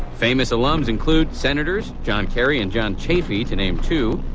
famous alums include senators john kerry and john chafee, to name two,